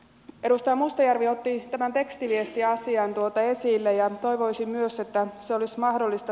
edustaja mustajärvi otti tämän tekstiviestiasian esille ja toivoisin myös että se olisi mahdollista